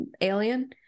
Alien